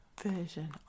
version